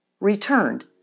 returned